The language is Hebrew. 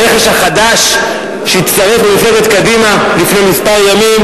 הרכש החדש שהצטרף למפלגת קדימה לפני מספר ימים,